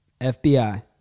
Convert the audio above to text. FBI